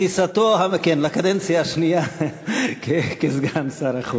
כניסתו, כן, לקדנציה השנייה כסגן שר החוץ.